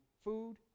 food